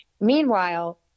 Meanwhile